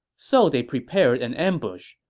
so they prepared an ambush.